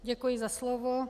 Děkuji za slovo.